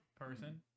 person